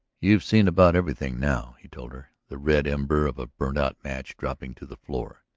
you've seen about everything now, he told her, the red ember of a burnt-out match dropping to the floor.